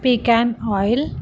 pecan oil